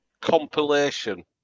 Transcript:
compilation